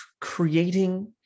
creating